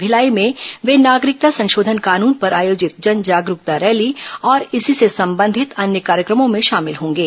भिलाई में वे नागरिकता संशोधन कान्न पर आयोजित जन जागरूकता रैली और इसी से संबंधित अन्य कार्यक्रमों में शामिल होंगे